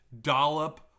dollop